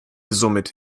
somit